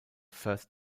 first